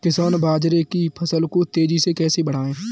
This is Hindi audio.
किसान बाजरे की फसल को तेजी से कैसे बढ़ाएँ?